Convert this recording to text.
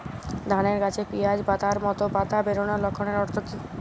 ধানের গাছে পিয়াজ পাতার মতো পাতা বেরোনোর লক্ষণের অর্থ কী?